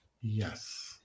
Yes